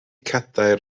cadair